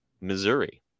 Missouri